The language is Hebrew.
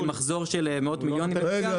עם מחזור של מאות מיליונים כרגע,